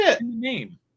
name